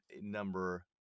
number